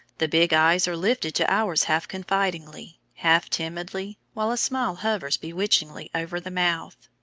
the big eyes are lifted to ours half confidingly, half timidly, while a smile hovers bewitchingly over the mouth.